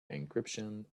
encryption